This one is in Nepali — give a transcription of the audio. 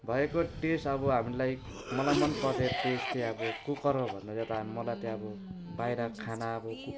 भएको टेस्ट अब हामीलाई मलाई मन पर्ने टेस्ट चाहिँ अब कुकरमा भन्दा ज्यादा मलाई त्यो अब बाहिर खाना अब कुक्